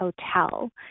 hotel